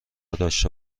داشته